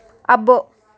అబ్బో